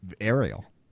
aerial